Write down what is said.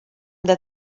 that